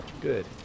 good